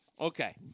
Okay